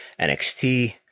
NXT